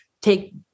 take